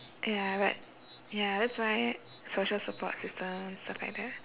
!aiya! but ya that's why social support systems